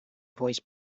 voice